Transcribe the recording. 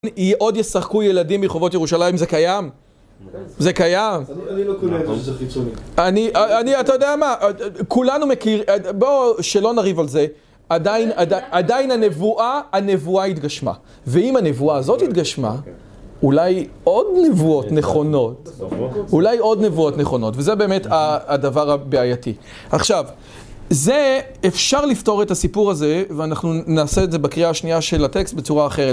עוד ישחקו ילדים מרחובות ירושלים, זה קיים? זה קיים? -אני לא קורא לך שזה חיצוני. -אני, אתה יודע מה, כולנו מכיר, בוא, שלא נריב על זה, עדיין הנבואה, הנבואה התגשמה. ואם הנבואה הזאת התגשמה, אולי עוד נבואות נכונות, אולי עוד נבואות נכונות, וזה באמת הדבר הבעייתי. עכשיו, זה, אפשר לפתור את הסיפור הזה, ואנחנו נעשה את זה בקריאה השנייה של הטקסט בצורה אחרת.